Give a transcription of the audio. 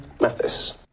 Mathis